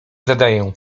zadaję